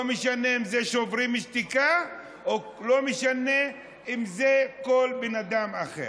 לא משנה אם זה שוברים שתיקה ולא משנה אם זה כל בן אדם אחר.